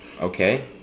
Okay